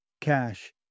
cash